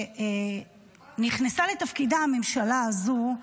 כשנכנסה לתפקידה הממשלה הזו,